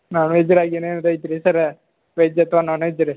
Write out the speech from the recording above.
ನಾನ್ವೆಜ್ರಾಗ್ ಏನೇನ್ ಐತ್ರಿ ಸರ್ರ ವೆಜ್ ಅಥವಾ ನಾನ್ವೆಜ್ ರೀ